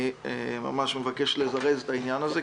אני ממש מבקש לזרז את העניין הזה,